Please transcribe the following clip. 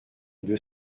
deux